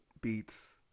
beats